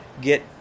get